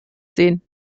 sehen